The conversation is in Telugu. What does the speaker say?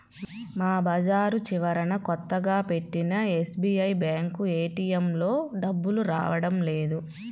మా బజారు చివరన కొత్తగా పెట్టిన ఎస్బీఐ బ్యేంకు ఏటీఎంలో డబ్బులు రావడం లేదు